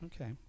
Okay